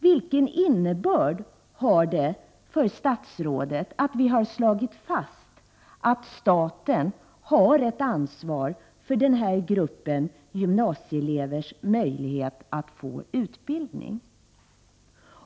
Vilken innebörd har det för statsrådet att vi slagit fast att staten har ett ansvar för den här gruppen gymnasieelevers möjlighet att få utbildning?